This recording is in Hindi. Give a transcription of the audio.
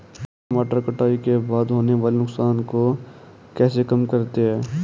टमाटर कटाई के बाद होने वाले नुकसान को कैसे कम करते हैं?